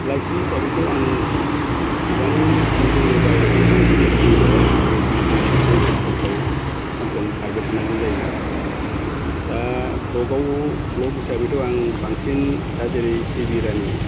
लाइसि हिसाबैथ' आं एसेबां दिनै जोङो बाहेरावबो बांसिन गिदिंजाया जिहेतु जों मोनसे बिजनेसाव सानफ्रोमबो खारबाय थानांगौ जायो दा ब्लकआव ब्लग हिसाबैथ' आं बांसिन दा जेरै सिबिरानि